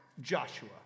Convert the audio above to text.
Joshua